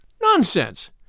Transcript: Nonsense